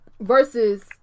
versus